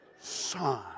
Son